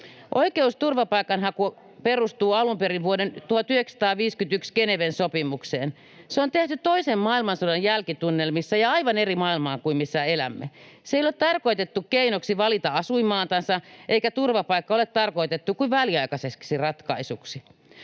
Oikeus turvapaikanhakuun perustuu alun perin vuoden 1951 Geneven sopimukseen. Se on tehty toisen maailmansodan jälkitunnelmissa ja aivan eri maailmaan kuin missä elämme. Se ei ole tarkoitettu keinoksi valita tuleva asuinmaansa, eikä turvapaikka ole tarkoitettu kuin väliaikaiseksi ratkaisuksi.